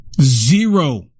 Zero